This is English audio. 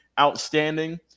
outstanding